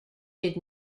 did